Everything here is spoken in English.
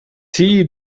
see